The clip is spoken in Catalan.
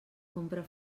compra